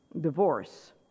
divorce